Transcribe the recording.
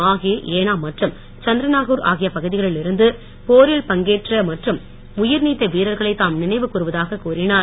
மாஹே ஏனாம் மற்றும் சந்திரநாகூர் ஆகிய பகுதிகளில் இருந்து போரில் பங்கேற்ற மற்றும் உயிர் நீத்த வீரர்களை தாம் நினைவு கூர்வதாக கூறினார்